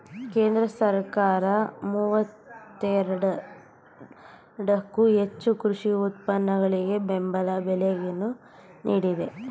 ಕೇಂದ್ರ ಸರ್ಕಾರ ಮೂವತ್ತೇರದಕ್ಕೋ ಹೆಚ್ಚು ಕೃಷಿ ಉತ್ಪನ್ನಗಳಿಗೆ ಬೆಂಬಲ ಬೆಲೆಯನ್ನು ನೀಡಿದೆ